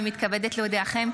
אני מתכבדת להודיעכם,